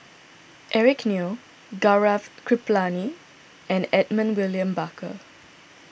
Eric Neo Gaurav Kripalani and Edmund William Barker